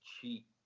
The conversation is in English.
cheap